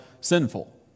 sinful